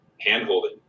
hand-holding